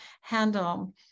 handle